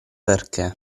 perché